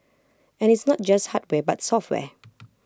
and it's not just hardware but software